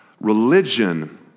Religion